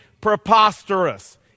Preposterous